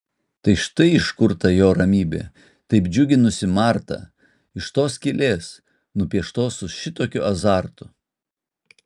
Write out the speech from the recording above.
tai štai iš kur ta jo ramybė taip džiuginusi martą iš tos skylės nupieštos su šitokiu azartu